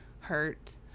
hurt